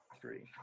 Three